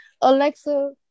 Alexa